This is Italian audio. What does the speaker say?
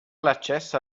l’accesso